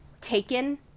taken